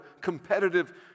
competitive